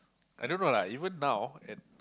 I don't know lah even now and